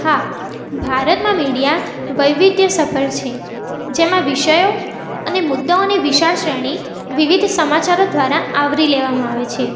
હા ભારતમાં મીડિયા વૈવિધ્યસભર છે જેમાં વિષયો અને મુદ્દાઓની વિશાળ શ્રેણી વિવિધ સમાચારો દ્વારા આવરી લેવામાં આવે છે